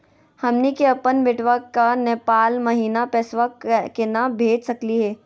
हमनी के अपन बेटवा क नेपाल महिना पैसवा केना भेज सकली हे?